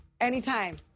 Anytime